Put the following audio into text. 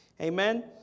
Amen